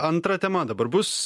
antra tema dabar bus